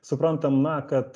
suprantam na kad